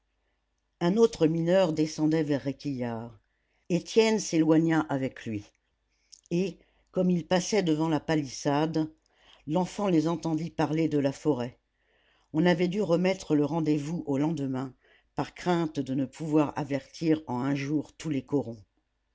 un autre mineur descendait vers réquillart étienne s'éloigna avec lui et comme ils passaient devant la palissade l'enfant les entendit parler de la forêt on avait dû remettre le rendez-vous au lendemain par crainte de ne pouvoir avertir en un jour tous les corons